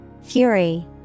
Fury